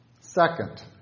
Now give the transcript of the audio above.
Second